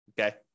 okay